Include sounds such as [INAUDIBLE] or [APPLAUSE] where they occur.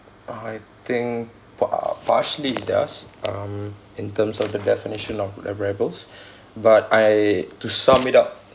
I think par~ partially it does um in terms of the definition of re~ rebels [BREATH] but I to sum it up